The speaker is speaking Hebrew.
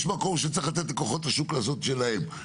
יש מקום שצריך לתת לכוחות השוק לעשות את שלהם.